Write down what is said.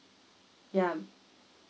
ya